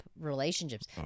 relationships